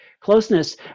closeness